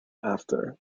after